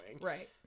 Right